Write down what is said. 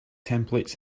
templates